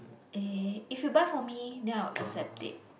eh if you buy for me then I'll accept it